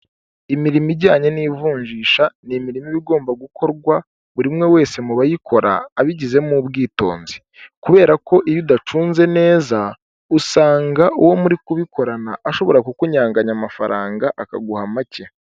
Imirimo ijyanye n'ivunjisha ni imirimo iba igomba gukorwa buri umwe wese mu bayikora abigizemo ubwitonzi, kubera ko iyo udacunze neza usanga uwo muri kubikorana ashobora kukunyanganya amafaranga akaguha make.